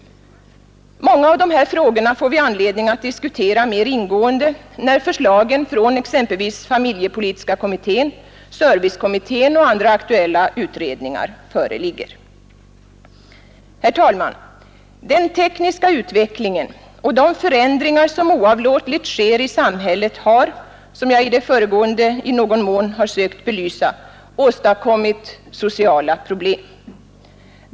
Många av dessa frågor får vi anledning att diskutera mera ingående, när förslagen från exempelvis familjepolitiska kommittén, servicekommittén och andra aktuella utredningar föreligger. Herr talman! Den tekniska utvecklingen och de förändringar som oavlåtligt sker i samhället har, som jag i det föregående i någon mån har försökt belysa, åstadkommit sociala problem.